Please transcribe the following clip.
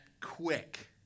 quick